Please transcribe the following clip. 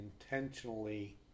intentionally